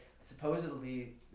Supposedly